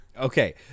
Okay